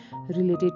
related